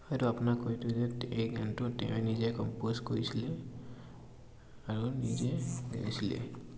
হয়তো আপোনাক কৈ দিওঁ যে এই গানটো তেওঁ নিজে কম্প'জ কৰিছিলে আৰু নিজে গাইছিলে